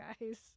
guys